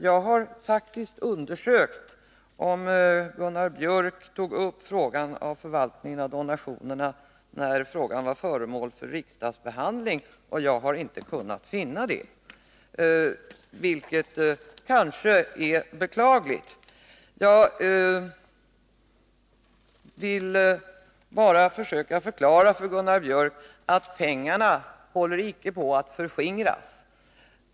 Jag har faktiskt undersökt om Gunnar Biörck tog upp frågan om förvaltningen av donationerna när frågan var föremål för riksdagsbehandling, och jag har inte kunnat finna att så var fallet, vilket kanske är beklagligt. Pengarna håller icke på att förskingras.